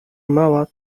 mała